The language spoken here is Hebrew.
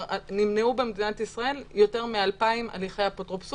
נמנעו במדינת ישראל יותר מ-2,000 הליכי אפוטרופסות